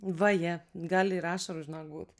vaje gali ir ašarų žinok būt